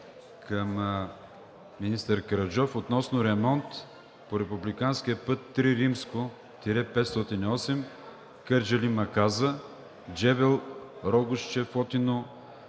към министър Караджов относно ремонт по републикански път III-508 (Кърджали-Маказа) – Джебел – Рогозче – Фотиново